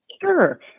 Sure